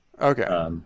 Okay